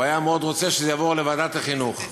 הוא היה מאוד רוצה שהדבר יועבר לוועדת החינוך.